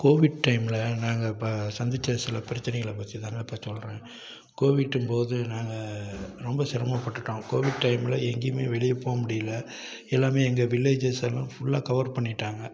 Covid டைமில் நாங்கள் அப்போ சந்திச்ச சில பிரச்சனைகளில் பற்றி தாங்க இப்போ சொல்லுறேன் கோவிட்டும் போது நாங்கள் ரொம்ப சிரமப்பட்டுடோம் கோவிட் டைமில் எங்கேயும் வெளியே போக முடியலை எல்லாம் எங்கள் வில்லேஸ் எல்லாம் ஃபுல்லாக கவர் பண்ணிட்டாங்க